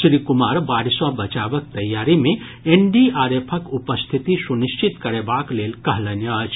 श्री कुमार बाढ़ि सॅ बचावक तैयारी मे एनडीआरएफक उपस्थिति सुनिश्चित करेबाक लेल कहलनि अछि